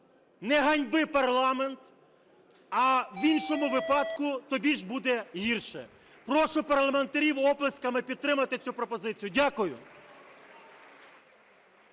не ганьби парламент. А в іншому випадку тобі ж буде гірше. Прошу парламентарів оплесками підтримати цю пропозицію. Дякую.